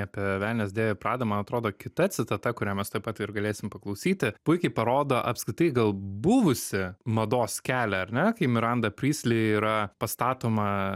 apie velnias dėvi pradą man atrodo kita citata kurią mes tuoj pat ir galėsim paklausyti puikiai parodo apskritai gal buvusį mados kelią ar ne kai miranda prisli yra pastatoma